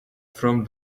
from